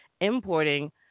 importing